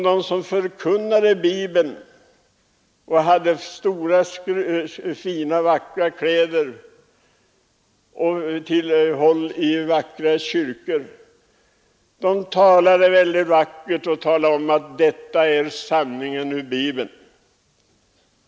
De som förkunnade Bibelns ord hade dyra, fina kläder och tillhåll i vackra kyrkor. De talade väldigt vackert om att detta är sanningen ur Bibeln.